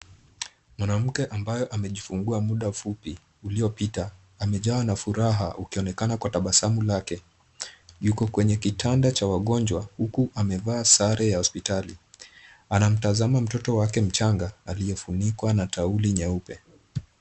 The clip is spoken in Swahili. Mwanamke ambaye amejifungua muda mfupi uliopita amejawa na furahi ikionekana kwenye tabasamu lake, yuko kwenye kitanda cha wagonjwa, huku amevaa sare ya hospitali, anamtazama mtoto wake mchanga aliyefunikwa na taulo nyeupe.